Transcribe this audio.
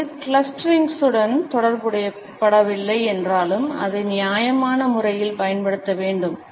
இது கிளஸ்டரிங்ஸுடன் தொடர்புபடுத்தப்படவில்லை என்றாலும் அதை நியாயமான முறையில் பயன்படுத்த வேண்டும்